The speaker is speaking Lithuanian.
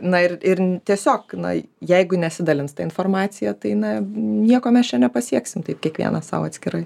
na ir ir tiesiog na jeigu nesidalins ta informacija tai na nieko mes čia nepasieksim taip kiekvienas sau atskirai